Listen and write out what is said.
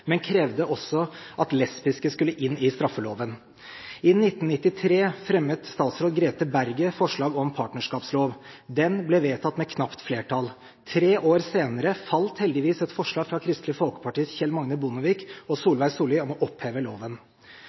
men krevde at også lesbiske skulle inn i straffeloven. I 1993 fremmet statsråd Grete Berget forslag om partnerskapslov. Den ble vedtatt med knapt flertall. Tre år senere falt heldigvis et forslag fra Kristelig Folkepartis Kjell Magne Bondevik og Solveig Sollie om å oppheve loven.